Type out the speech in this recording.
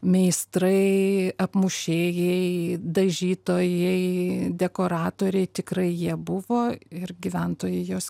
meistrai apmušėjai dažytojai dekoratoriai tikrai jie buvo ir gyventojai juos